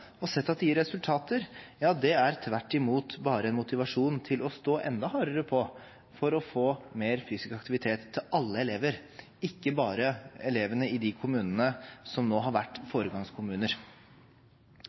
– sett at det går an, og at det gir resultater – tvert imot bare en motivasjon til å stå enda hardere på for å få mer fysisk aktivitet til alle elever, ikke bare elevene i de kommunene som nå har vært